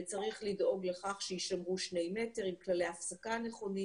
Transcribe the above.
וצריך לדאוג לכך שיישמרו שני מטרים עם כללי הפסקה נכונים.